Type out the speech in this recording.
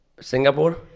Singapore